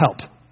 help